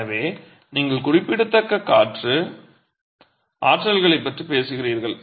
எனவே நீங்கள் குறிப்பிடத்தக்க காற்று ஆற்றல்களைப் பற்றி பேசுகிறீர்கள்